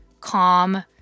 calm